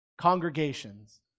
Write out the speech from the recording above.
congregations